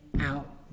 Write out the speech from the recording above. out